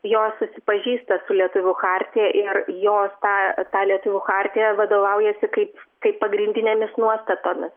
jos susipažįsta su lietuvių chartija ir jos tą ta lietuvių chartija vadovaujasi kaip kaip pagrindinėmis nuostatomis